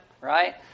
right